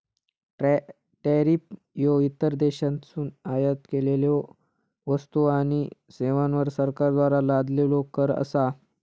tariff ह्यो इतर देशांतसून आयात केलेल्यो वस्तू आणि सेवांवर सरकारद्वारा लादलेलो कर असा